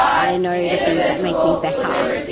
i know the things that make me better,